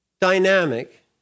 dynamic